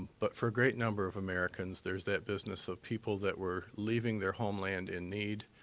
but for a great number of americans, there's that business of people that were leaving their homeland in need,